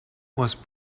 was